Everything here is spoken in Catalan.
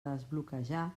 desbloquejar